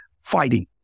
fighting